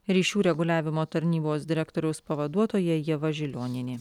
ryšių reguliavimo tarnybos direktoriaus pavaduotoja ieva žilionienė